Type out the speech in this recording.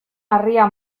harria